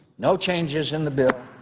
no changes in the bill,